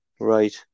Right